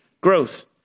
growth